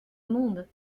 monde